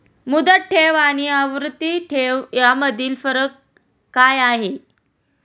मुदत ठेव आणि आवर्ती ठेव यामधील फरक काय आहे?